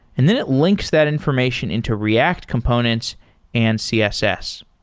and then it links that information into react components and css.